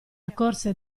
accorse